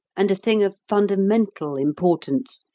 and a thing of fundamental importance,